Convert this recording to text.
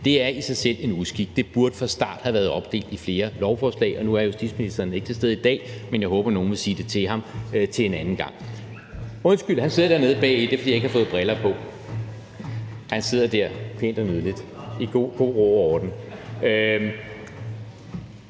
Det er i sig selv en uskik, og det burde fra starten have været opdelt i flere lovforslag, og nu er justitsministeren ikke til stede i dag, men jeg håber, at nogen vil sige det til ham til en anden gang. Undskyld, jeg havde ikke fået mine briller på, han sidder dernede bagved pænt og nydeligt, i god ro og orden.